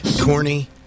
Corny